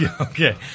Okay